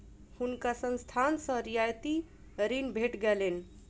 हुनका संस्थान सॅ रियायती ऋण भेट गेलैन